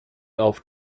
auf